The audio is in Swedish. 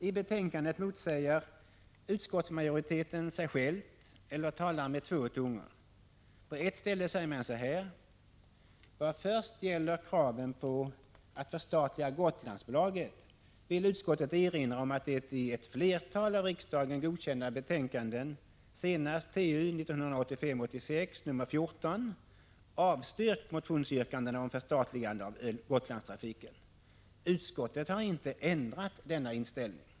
I betänkandet motsäger utskottsmajoriteten sig själv eller talar med två tungor. På ett ställe säger man så här: ”Vad först gäller kraven på att förstatliga Gotlandsbolaget vill utskottet erinra om att det i ett flertal av riksdagen godkända betänkanden avstyrkt motionsyrkanden om ett förstatligande av Gotlandstrafiken. Utskottet har inte ändrat denna inställning”.